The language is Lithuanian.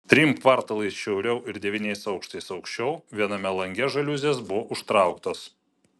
trim kvartalais šiauriau ir devyniais aukštais aukščiau viename lange žaliuzės buvo užtrauktos